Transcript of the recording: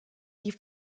die